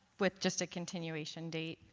with just a continuation date.